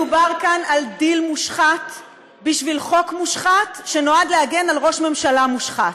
מדובר כאן על דיל מושחת בשביל חוק מושחת שנועד להגן על ראש ממשלה מושחת.